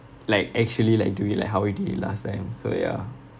like actually like do it like how we did it last time so ya